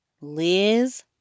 Liz